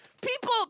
People